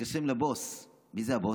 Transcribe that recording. נסתר מבינתי.